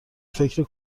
فکر